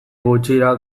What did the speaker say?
gutxira